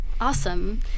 Awesome